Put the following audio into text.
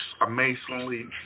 amazingly